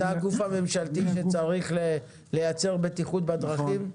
אתה הגוף הממשלתי שצריך לייצר בטיחות בדרכים?